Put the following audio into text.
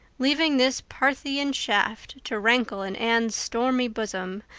leaving this parthian shaft to rankle in anne's stormy bosom,